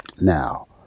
Now